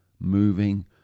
moving